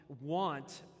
want